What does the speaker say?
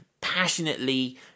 passionately